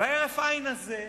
והכהרף עין הזה,